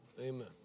Amen